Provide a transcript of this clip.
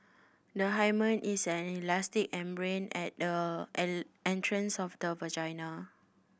the hymen is an elastic membrane at the entrance of the vagina